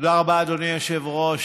תודה רבה, אדוני היושב-ראש.